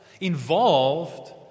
Involved